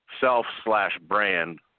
self-slash-brand